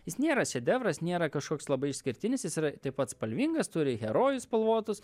jis nėra šedevras nėra kažkoks labai išskirtinis jis yra taip pat spalvingas turi herojus spalvotus